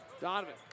Donovan